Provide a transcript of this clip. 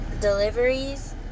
deliveries